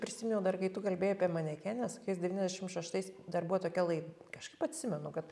prisiminiau dar kai tu kalbėjai apie manekenes kokiais devyniašim šeštais dar buvo tokia lai kažkaip atsimenu kad